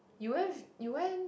you went with you went